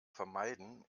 vermeiden